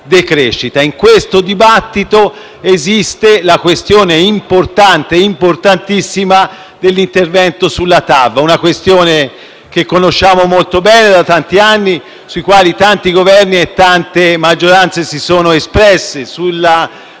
di questo dibattito esiste la questione importante, anzi importantissima, relativa all'intervento sulla TAV, una questione che conosciamo molto bene da tanti anni, su cui tanti Governi e tante maggioranze si sono espressi. Nel